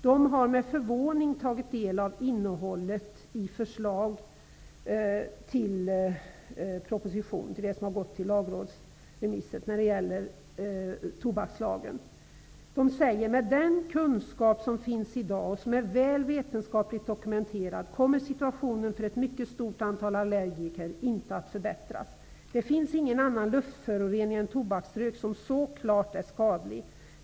Den har med förvåning tagit del av innehållet i det förslag till proposition om ny tobakslag som har remitterats till Kommittén uttalar att med den kunskap som finns i dag, som är väl vetenskapligt dokumenterad, kommer situationen för ett mycket stort antal allergiker inte att förbättras. Det finns ingen annan luftförorening än tobaksrök som så klart är skadlig.